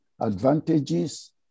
advantages